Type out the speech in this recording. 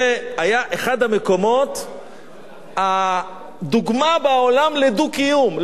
זה היה אחד המקומות, הדוגמה בעולם לדו-קיום.